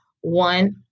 one